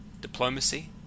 diplomacy